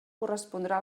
correspondrà